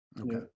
Okay